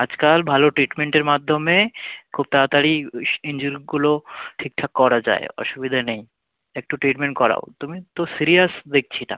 আজকাল ভালো ট্রিটমেন্টের মাধ্যমে খুব তাড়াতাড়ি ইশ ইনজুরিগুলো ঠিকঠাক করা যায় অসুবিধা নেই একটু ট্রিটমেন্ট করাও তুমি তো সিরিয়াস দেখছি না